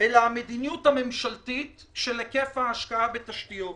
אלא המדיניות הממשלתית של היקף ההשקעה בתשתיות.